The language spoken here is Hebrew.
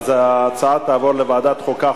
ההצעה תעבור לוועדת החוקה,